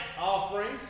offerings